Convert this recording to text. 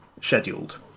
scheduled